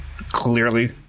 clearly